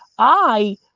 i,